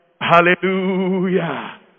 Hallelujah